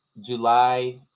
July